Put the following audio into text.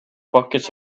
buckets